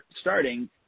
starting